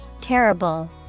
Terrible